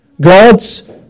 God's